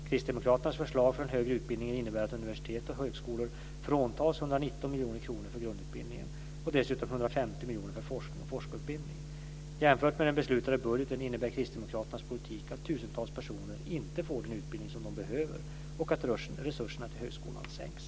Kristdemokraternas förslag för den högre utbildningen innebär att universiteten och högskolorna fråntas 119 miljoner kronor för grundutbildningen och dessutom 150 miljoner för forskning och forskarutbildning. Jämfört med den beslutade budgeten innebär kristdemokraternas politik att tusentals personer inte får den utbildning som de behöver och att resurserna till högskolan sänks.